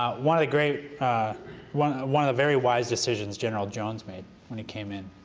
um one of the great one one of the very wise decisions general jones made when he came in,